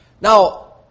Now